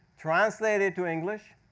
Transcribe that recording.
translate it to english,